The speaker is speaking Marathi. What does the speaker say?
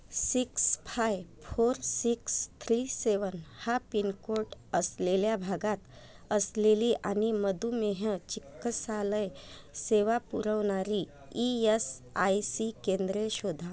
six five four six three seven हा पिनकोट असलेल्या भागात असलेली आणि मधूमेह चिक्कसालय सेवा पुरवणारी ई एस आय सी केंद्रे शोधा